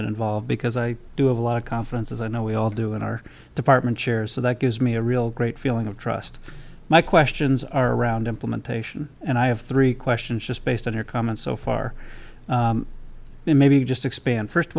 m involved because i do have a lot of conferences i know we all do in our department chair so that gives me a real great feeling of trust my questions are around implementation and i have three questions just based on your comments so far maybe just expand first of